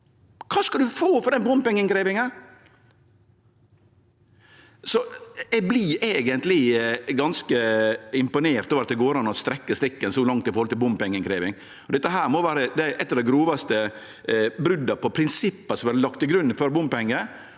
Kva skal ein få for den bompengeinnkrevjinga? Eg vert eigentleg ganske imponert over at det går an å strekkje strikken så langt når det gjeld bompengeinnkrevjing. Dette må vere eit av dei grovaste brota på prinsippa som er lagt til grunn for bompengar,